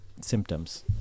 symptoms